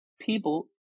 people